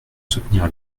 soutenir